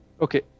Okay